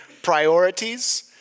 priorities